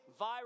viral